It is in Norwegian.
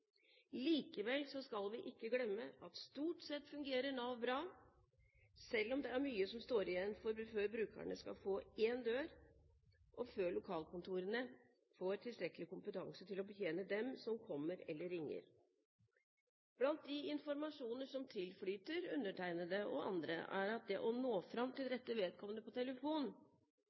Likevel skal vi ikke glemme at Nav stort sett fungerer bra, selv om det er mye som står igjen før brukerne skal få én dør, og før lokalkontorene får tilstrekkelig kompetanse til å betjene dem som kommer eller ringer. Blant de informasjoner som tilflyter undertegnede og andre, er at det å nå fram til rette vedkommende på telefon